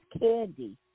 Candy